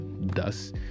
thus